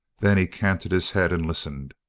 then he canted his head and listened.